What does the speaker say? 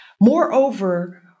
Moreover